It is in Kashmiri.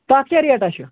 تَتھ کیٛاہ ریٹا چھِ